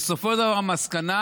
בסופו של דבר המסקנה,